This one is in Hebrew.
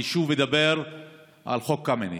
אני שוב אדבר על חוק קמיניץ,